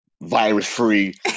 virus-free